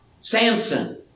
Samson